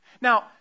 Now